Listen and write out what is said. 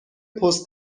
پست